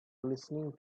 listening